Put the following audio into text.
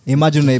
Imagine